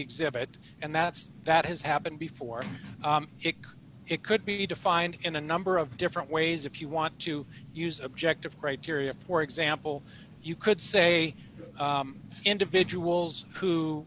exhibit and that's that has happened before it could it could be defined in a number of different ways if you want to use objective criteria for example you could say individuals who